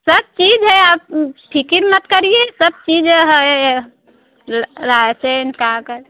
सब चीज है आप फिक्र मत करिए सब चीज है पेन कागज